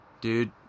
Dude